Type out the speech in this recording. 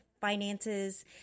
finances